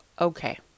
okay